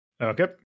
okay